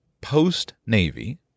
post-Navy